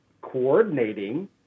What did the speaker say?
coordinating